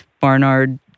Barnard